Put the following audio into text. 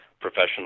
professional